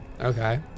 Okay